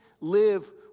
live